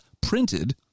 printed